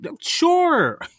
sure